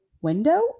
window